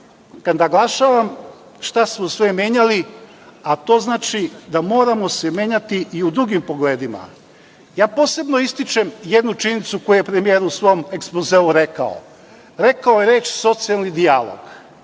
kad naglašavam šta smo sve menjali, a to znači da se moramo menjati i u drugim pogledima, posebno ističem jednu činjenicu koju je premijer u svom ekspozeu rekao. Rekao je reč socijalni dijalog.